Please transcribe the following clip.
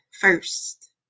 first